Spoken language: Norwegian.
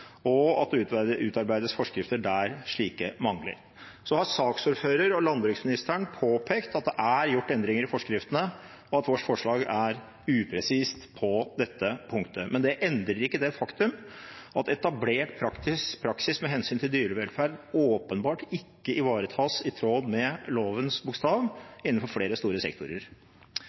dyrevelferdsloven, og at det utarbeides forskrifter der slike mangler. Så har saksordføreren og landbruksministeren påpekt at det er gjort endringer i forskriftene, og at vårt forslag er upresist på dette punktet. Men det endrer ikke det faktum at etablert praksis med hensyn til dyrevelferd åpenbart ikke ivaretas i tråd med lovens bokstav innenfor flere store sektorer.